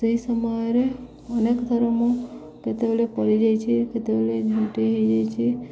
ସେହି ସମୟରେ ଅନେକ ଥର ମୁଁ କେତେବେଳେ ପଡ଼ିଯାଇଛି କେତେବେଳେ ଝୁଣ୍ଟି ହେଇଯାଇଛି